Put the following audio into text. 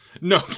No